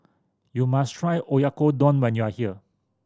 you must try Oyakodon when you are here